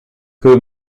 que